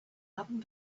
happened